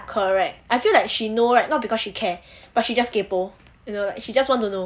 correct I feel like she know right not because she care but she just kaypoh you know like she just want to know